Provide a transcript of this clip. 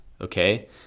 okay